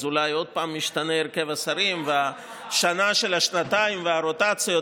אז אולי עוד פעם ישתנה הרכב השרים והשנה של השנתיים והרוטציות,